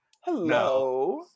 hello